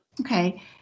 Okay